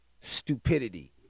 stupidity